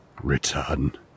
Return